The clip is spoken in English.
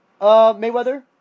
Mayweather